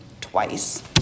twice